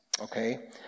okay